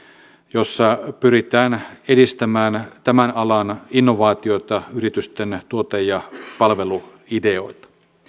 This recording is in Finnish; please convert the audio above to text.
jossa pyritään edistämään tämän alan innovaatioita yritysten tuote ja palveluideoita